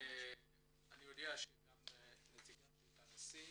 אני יודע שגם נציגת בית הנשיא